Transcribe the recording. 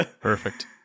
Perfect